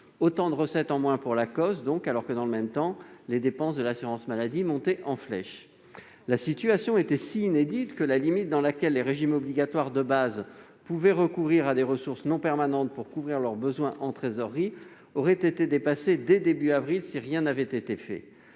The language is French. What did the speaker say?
Autant de recettes en moins pour l'Acoss, alors que, dans le même temps, les dépenses de l'assurance maladie grimpaient en flèche. La situation était si inédite que la limite dans laquelle les régimes obligatoires de base pouvaient recourir à des ressources non permanentes pour couvrir leurs besoins en trésorerie aurait été dépassée dès le début du mois d'avril si rien n'avait été fait.